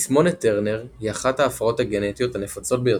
תסמונת טרנר היא אחת ההפרעות הגנטיות הנפוצות ביותר,